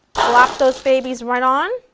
plop those babies right on.